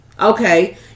Okay